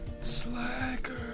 Slacker